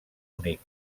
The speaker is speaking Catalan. únic